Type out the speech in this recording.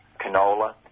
canola